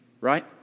right